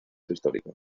histórico